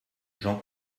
j’en